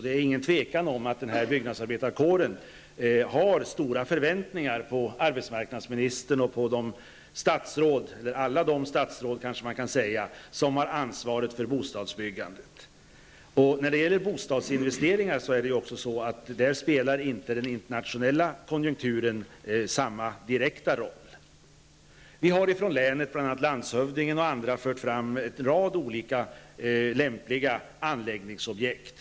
Det är inget tvivel om att byggnadsarbetarkåren har stora förväntningar på arbetsmarknadsministern och alla de statsråd som har ansvaret för bostadsbyggandet. När det gäller bostadsinvesteringar har den internationella konjunkturen inte samma direkta påverkan. Vi har ifrån länet, bl.a. landshövdingen och andra, fört fram en rad olika lämpliga anläggningsobjekt.